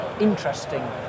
interesting